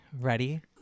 Ready